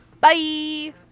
Bye